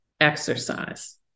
exercise